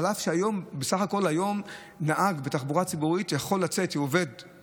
אף שבסך הכול היום נהג בתחבורה ציבורית צריך לעבוד,